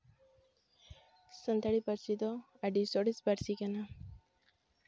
ᱥᱟᱱᱛᱟᱲᱤ ᱯᱟᱹᱨᱥᱤ ᱫᱚ ᱟᱹᱰᱤ ᱥᱚᱨᱮᱥ ᱯᱟᱹᱨᱥᱤ ᱠᱟᱱᱟ